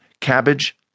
Cabbage